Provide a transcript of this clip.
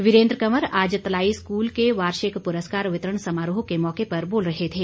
वीरेन्द्र कंवर आज तलाई स्कूल के वार्षिक पुरस्कार वितरण समारोह के मौके पर बोल रहे थे